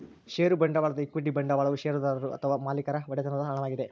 ಷೇರು ಬಂಡವಾಳದ ಈಕ್ವಿಟಿ ಬಂಡವಾಳವು ಷೇರುದಾರರು ಅಥವಾ ಮಾಲೇಕರ ಒಡೆತನದ ಹಣವಾಗಿದೆ